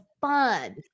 fun